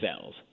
cells